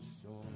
storm